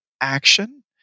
action